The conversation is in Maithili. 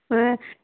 वएह